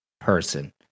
person